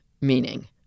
meaning